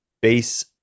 Base